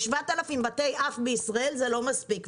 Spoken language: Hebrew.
ל-7,000 בתי אב בישראל זה לא מספיק.